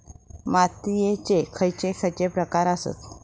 मातीयेचे खैचे खैचे प्रकार आसत?